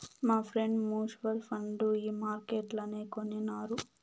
మాఫ్రెండ్ mutual fund ఈ మార్కెట్లనే కొనినారు